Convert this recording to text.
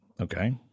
Okay